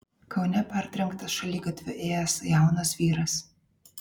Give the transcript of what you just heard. kaune partrenktas šaligatviu ėjęs jaunas vyras